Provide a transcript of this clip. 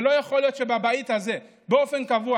ולא יכול להיות שבבית הזה באופן קבוע,